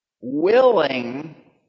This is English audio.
willing